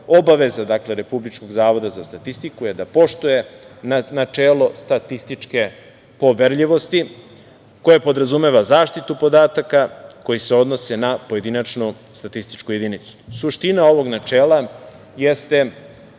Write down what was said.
obaveza Republičkog zavoda za statistiku je da poštuje načelo statističke poverljivosti koja podrazumeva zaštitu podataka koji se odnose na pojedinačnu statističku jedinicu. Suština ovog načela jeste